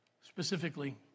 specifically